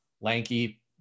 lanky